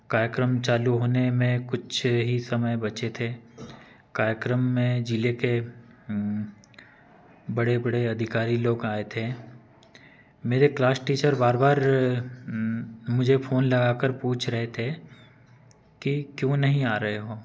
कार्यक्रम चालू होने में कुछ ही समय बचे थे कार्यक्रम में ज़िले के बड़े बड़े अधिकारी लोग आए थे मेरे क्लास टीचर बार बार मुझे फ़ोन लगाकर पूछ रहे थे कि क्यों नहीं आ रहे हो